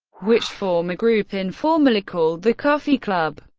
which form a group informally called the coffee club.